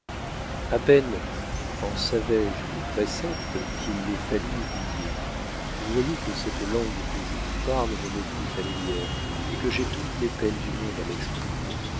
à peine en savois je les préceptes qu'il les fallut oublier vous voyez que cette langue que je vous parle ne m'est plus familière et que j'ai toutes les peines du monde à m'exprimer